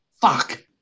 Fuck